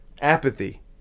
apathy